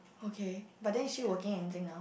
okay but then she working anything now